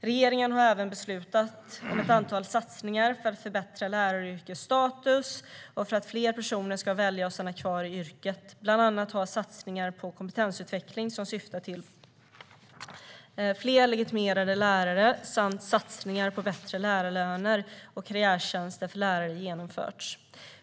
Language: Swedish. Regeringen har även beslutat om ett antal satsningar för att förbättra läraryrkets status och för att fler personer ska välja att stanna kvar i yrket. Bland annat har satsningar på kompetensutveckling som syftar till fler legitimerade lärare samt satsningar på bättre lärarlöner och karriärtjänster för lärare genomförts.